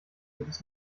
jedes